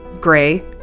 Gray